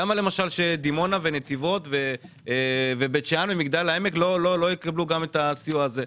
למה שדימונה ונתיבות ובית שאן ומגדל העמק לא יקבלו את הסיוע הזה?